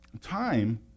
Time